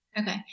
Okay